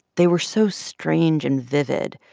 they were so strange and vivid.